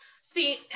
See